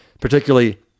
particularly